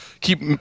keep